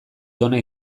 tona